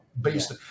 Based